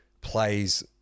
plays